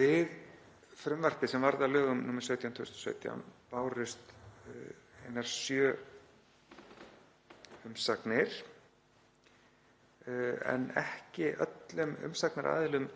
Við frumvarpið sem varð að lögum nr. 17/2017 bárust einar sjö umsagnir en ekki var öllum umsagnaraðilum